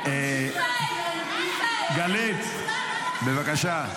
גלית, בבקשה.